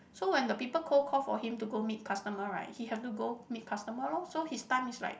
so when the people cold call for him to go meet customer right he have to go meet customer lor so his time is like